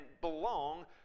belong